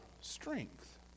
strength